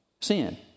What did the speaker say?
sin